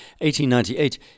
1898